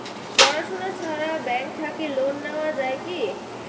পড়াশুনা ছাড়া ব্যাংক থাকি লোন নেওয়া যায় কি?